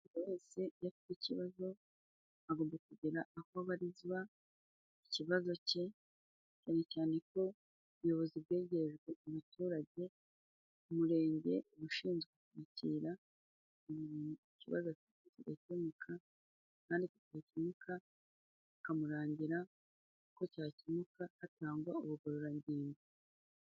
Buri wese iyo afite ikibazo, agomba kugira aho abariza ikibazo cye, cyane cyane ko ubuyobozi bwegerejwe abaturage. Umurenge uba ushinzwe kwakira umuntu ikibazo afite kigakemuka, kandi kitakemuka bakamurangira uko cyakemuka, hatangwa ubugororangingo.